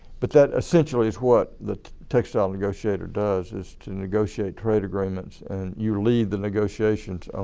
but that essential is what the textile negotiator does is to negotiate trade agreements and you lead the negotiations